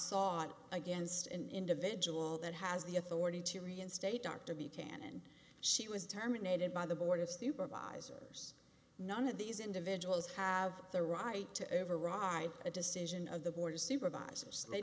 out against an individual that has the authority to reinstate dr began and she was terminated by the board of supervisors none of these individuals have the right to override the decision of the board of supervisors they